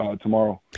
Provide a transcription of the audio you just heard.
tomorrow